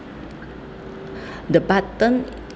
the button